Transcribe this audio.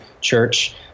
church